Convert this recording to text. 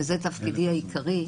וזה תפקידי העיקרי,